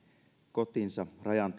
kotinsa rajan